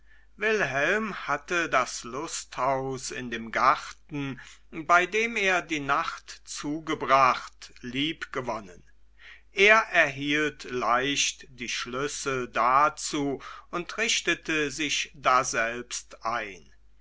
wilhelm hatte das lusthaus in dem garten bei dem er die nacht zugebracht liebgewonnen er erhielt leicht die schlüssel dazu und richtete sich daselbst ein